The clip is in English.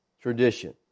tradition